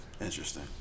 Interesting